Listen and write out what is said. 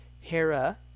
Hera